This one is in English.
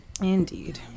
indeed